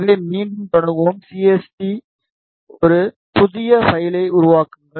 எனவே மீண்டும் தொடங்குவோம் சிஎஸ்டி ஒரு புதிய பைலை உருவாக்குங்கள்